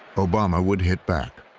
obama would hit back.